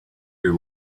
your